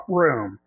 room